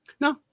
No